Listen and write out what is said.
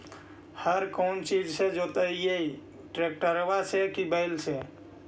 हर कौन चीज से जोतइयै टरेकटर से कि बैल से?